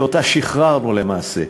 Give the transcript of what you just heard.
שאותה שחררנו למעשה,